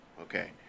Okay